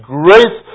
grace